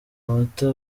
amata